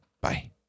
Bye